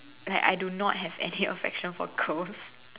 like I do not have any affection for girls